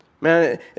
Man